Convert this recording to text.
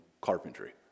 carpentry